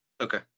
Okay